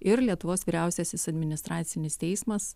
ir lietuvos vyriausiasis administracinis teismas